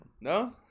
No